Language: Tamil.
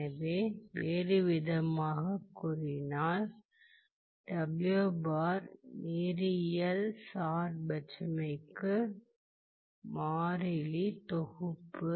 எனவே வேறுவிதமாகக் கூறினால் நேரியல் சார்பற்றமைக்கு மாறிலி தொகுப்பு